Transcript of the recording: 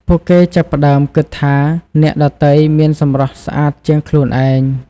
ពួកគេចាប់ផ្ដើមគិតថាអ្នកដទៃមានសម្រស់ស្អាតជាងខ្លួនឯង។